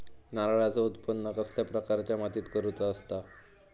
नारळाचा उत्त्पन कसल्या प्रकारच्या मातीत करूचा असता?